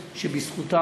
יש לי השגות,